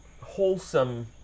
wholesome